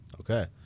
Okay